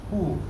who